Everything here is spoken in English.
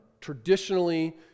traditionally